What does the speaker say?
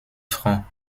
francs